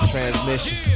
Transmission